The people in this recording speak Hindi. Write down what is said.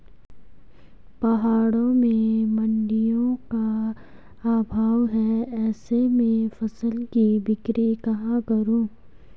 पहाड़ों में मडिंयों का अभाव है ऐसे में फसल की बिक्री कहाँ करूँ?